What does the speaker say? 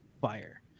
fire